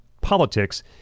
politics